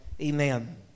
Amen